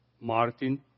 Martin